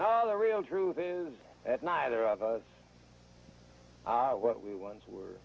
oh the real truth is that neither of us what we once were